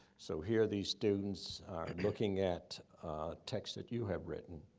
so here, these students are looking at texts that you have written.